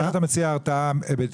איך אתה מציע הרתעה בעיצומים מינהליים?